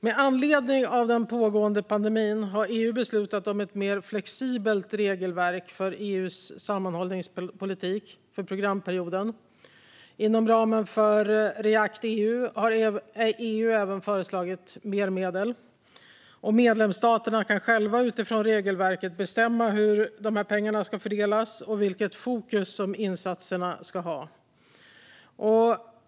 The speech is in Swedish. Med anledning av den pågående pandemin har EU beslutat om ett mer flexibelt regelverk för EU:s sammanhållningspolitik för programperioden. Inom ramen för React-EU har EU även föreslagit mer medel. Medlemsstaterna kan själva utifrån regelverket bestämma hur de här pengarna ska fördelas och vilket fokus som insatserna ska ha.